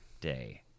Day